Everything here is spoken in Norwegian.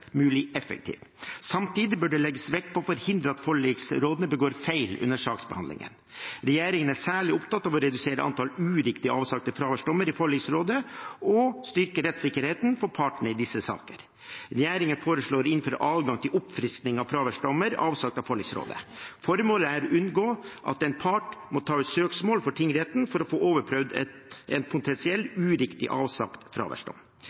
mulig effektive. Samtidig bør det legges vekt på å forhindre at forliksrådene begår feil under saksbehandlingen. Regjeringen er særlig opptatt av å redusere antallet uriktig avsagte fraværsdommer i forliksrådet og å styrke rettssikkerheten for partene i disse sakene. Regjeringen foreslår å innføre adgang til oppfriskning av fraværsdommer avsagt av forliksrådet. Formålet er å unngå at en part må ta ut søksmål for tingretten for å få overprøvd en potensiell uriktig avsagt fraværsdom.